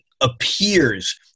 appears